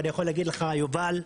אני יכול להגיד לך, יובל,